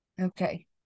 Okay